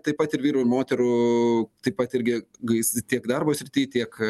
taip pat ir vyrų ir moterų taip pat irgi gais tiek darbo srity tiek